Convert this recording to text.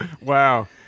Wow